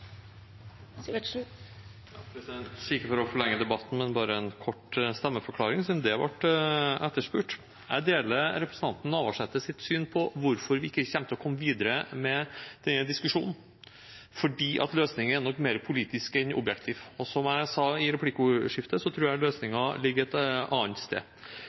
ikke forlenge debatten, men bare gi en kort stemmeforklaring, siden det ble etterspurt. Jeg deler representanten Navarsetes syn på hvorfor vi ikke kommer til å komme videre med denne diskusjonen: fordi løsningen nok er mer politisk enn objektiv. Og som jeg sa i replikkordskiftet, tror jeg løsningen ligger et annet sted.